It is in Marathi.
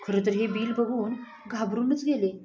खरंतर हे बिल बघून घाबरूनच गेले